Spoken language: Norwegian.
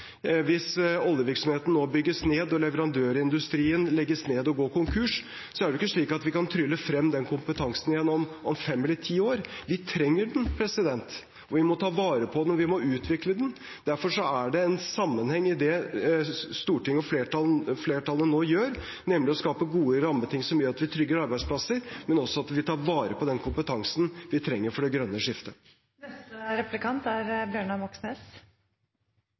Hvis oljevirksomheten nå bygges ned, og leverandørindustrien legges ned og går konkurs, er det ikke slik at vi kan trylle frem den kompetansen igjen om fem eller ti år. Vi trenger den, vi må ta vare på den, og vi må utvikle den. Derfor er det en sammenheng i det stortingsflertallet nå gjør, nemlig å skape gode rammebetingelser som gjør at vi trygger arbeidsplasser, men også at vi tar vare på den kompetansen vi trenger for det grønne skiftet. Jeg tror de fleste partiene deler ambisjonene om å sikre kompetansen og kunnskapen i industrien, og at det er